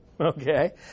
Okay